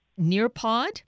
Nearpod